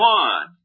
one